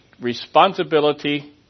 responsibility